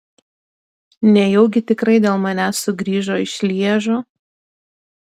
nejaugi tikrai dėl manęs sugrįžo iš lježo